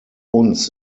uns